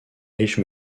riches